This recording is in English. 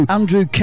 Andrew